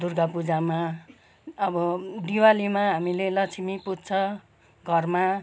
दुर्गा पूजामा अब दिवालीमा हामीले लक्ष्मी पुज्छ घरमा